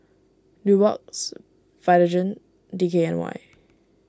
Nubox Vitagen D K N Y